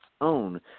own